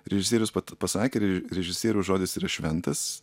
režisierius pasakė režisieriaus žodis yra šventas